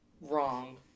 wrong